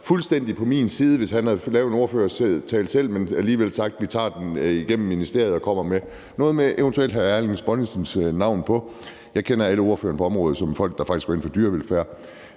fuldstændig på min side, hvis han havde lavet en ordførertale selv, men alligevel tak. Vi tager den igennem ministeriet og kommer med noget, hvor hr. Erling Bonnesens navn eventuelt også er på. Jeg kender alle ordførerne på området som folk, som faktisk går ind for dyrevelfærd,